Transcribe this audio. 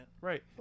right